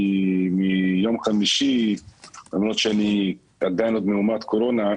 כי מיום חמישי למרות שאני עדיין עוד מאומת קורונה,